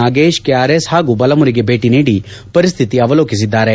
ನಾಗೇಶ್ ಕೆಆರ್ಎಸ್ ಹಾಗು ಬಲಮುರಿಗೆ ಭೀಟಿ ನೀಡಿ ಪರಿಸ್ತಿತಿ ಅವಲೋಕಿಸಿದ್ದಾರೆ